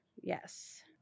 yes